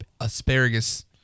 asparagus